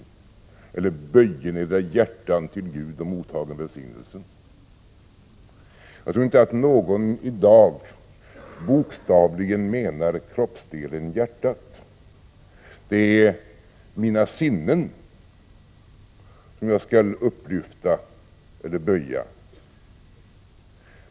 Man säger också: Böjen edra hjärtan till Gud och mottagen välsignelsen. Jag tror inte att någon i dag bokstavligen avser kroppsdelen hjärtat. Det är mina sinnen som jag skall upplyfta eller böja.